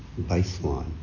baseline